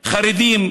חרדים.